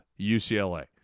UCLA